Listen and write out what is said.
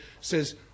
says